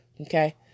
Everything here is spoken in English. okay